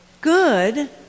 good